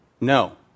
No